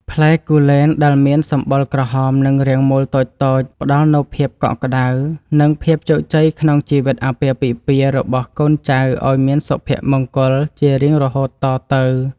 ផ្លែគូលែនដែលមានសម្បុរក្រហមនិងរាងមូលតូចៗផ្តល់នូវភាពកក់ក្តៅ និង ភាពជោគជ័យក្នុងជីវិតអាពាហ៍ពិពាហ៍របស់កូនចៅឱ្យមានសុភមង្គលជារៀងរហូតតទៅ។